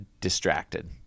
distracted